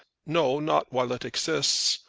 no, not while it exists.